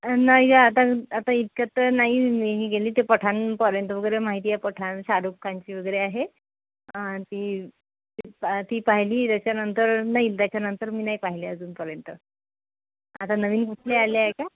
नाही ज आता आता इतक्यात नाही मी गेली ते पठानपर्यंत वगैरे माहिती आहे पठान शाहरुख खानची वगैरे आहे ती ती पाहिली त्याच्यानंतर नाही त्याच्यानंतर मी नाही पाहिले अजूनपर्यंत आता नवीन कुठली आले आहे का